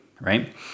right